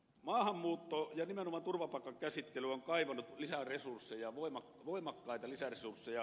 maahanmuutto ja nimenomaan turvapaikkakäsittely on kaivannut lisää resursseja voimakkaita lisäresursseja